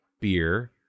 beer